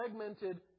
segmented